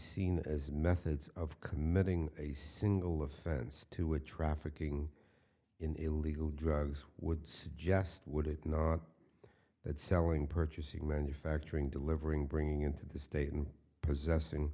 seen as methods of committing a single offense to a trafficking in illegal drugs would suggest would it not that selling purchasing manufacturing delivering bringing into the state and possessing